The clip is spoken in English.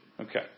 Okay